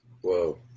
Whoa